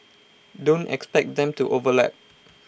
don't expect them to overlap